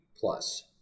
plus